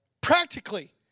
Practically